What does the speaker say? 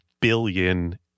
billion